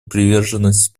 приверженность